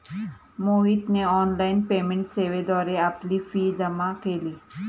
मोहितने online payment सेवेद्वारे आपली फी जमा केली